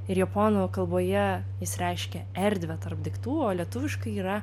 ir japonų kalboje jis reiškia erdvę tarp daiktų o lietuviškai yra